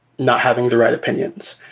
not having the right opinions.